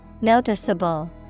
Noticeable